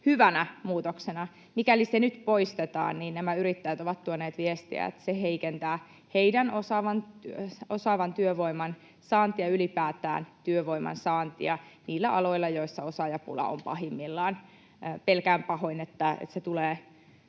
hyvänä muutoksena — niin nämä yrittäjät ovat tuoneet viestiä, että se heikentää heillä osaavan työvoiman saantia, ylipäätään työvoiman saantia niillä aloilla, joissa osaajapula on pahimmillaan. Pelkään pahoin, että se tulee